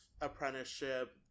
apprenticeship